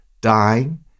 dying